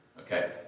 Okay